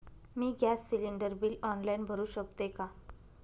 मी gas cylinder bill online भरु शकते का?